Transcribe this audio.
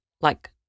like-